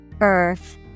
Earth